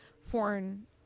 foreign